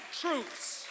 truths